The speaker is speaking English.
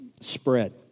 spread